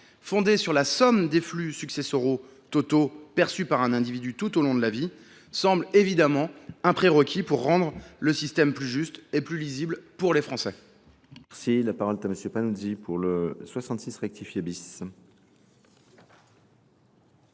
fondée sur la somme des flux successoraux totaux perçus par un individu tout au long de la vie, ce qui semble évidemment un prérequis pour rendre le système plus juste et plus lisible pour les Français.